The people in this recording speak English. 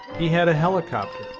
he had a helicopter.